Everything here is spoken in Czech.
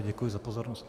Děkuji za pozornost.